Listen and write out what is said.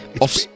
Off